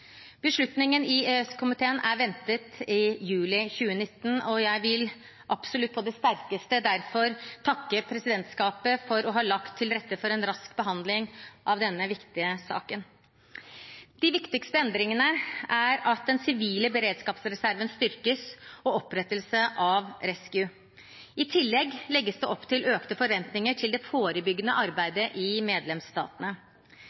Beslutningen i EØS-komiteen er ventet i juli 2019. Derfor vil jeg absolutt på det sterkeste takke presidentskapet for å ha lagt til rette for en rask behandling av denne viktige saken. De viktigste endringene er at den sivile beredskapsreserven styrkes, og opprettelse av rescEU. I tillegg legges det opp til økte forventninger til det forebyggende